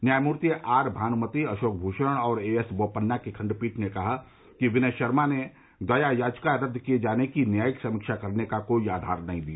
न्यायमूर्ति आर भानुमति अशोक भूषण और A S Bopanna की खंडपीठ ने कहा कि विनय शर्मा ने दया याचिका रद्द किये जाने की न्यायिक समीक्षा करने का कोई आधार नहीं दिया